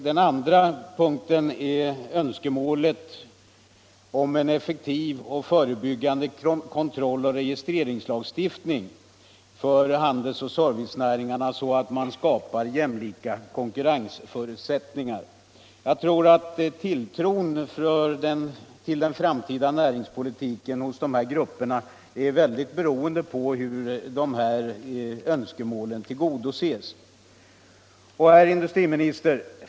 Den andra punkten är önskemålet om en effektiv och förebyggande kontrolloch registreringslagstiftning för handelsoch servicenäringarna, så att jämlika konkurrensförutsättningar skapas. Tilltron hos de här grupperna till den framtida näringspolitiken är i hög grad beroende på hur dessa önskemål kan tillgodoses. Herr industriminister!